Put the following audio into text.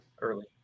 early